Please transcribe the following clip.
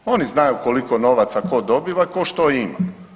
Oni znaju koliko novaca tko dobiva i tko što ima.